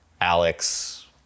Alex